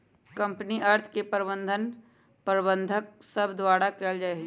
company अर्थ के प्रबंधन प्रबंधक सभ द्वारा कएल जाइ छइ